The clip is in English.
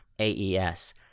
AES